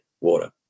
water